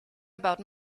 about